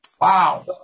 wow